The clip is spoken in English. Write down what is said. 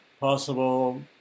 possible